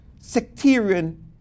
sectarian